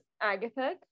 *Agatha